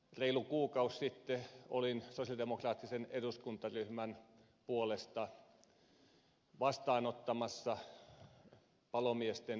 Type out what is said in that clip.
reilu kuukausi sitten olin sosialidemokraattisen eduskuntaryhmän puolesta vastaanottamassa palomiesten lähetystöä